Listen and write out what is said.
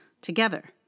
together